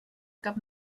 cap